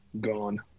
gone